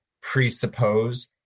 presuppose